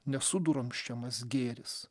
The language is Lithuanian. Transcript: nesudrumsčiamas gėris